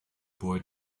boy